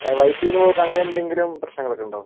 വയറ്റിൽ നിന്ന് പോക്ക് അങ്ങനെ എന്തെങ്കിലും പ്രശ്നങ്ങളൊക്കെ ഉണ്ടോ